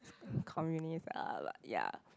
communist are like ya